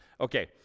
Okay